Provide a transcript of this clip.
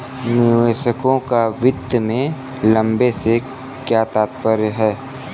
निवेशकों का वित्त में लंबे से क्या तात्पर्य है?